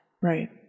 right